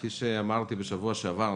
כפי שאמרתי בשבוע שעבר,